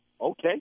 Okay